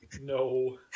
no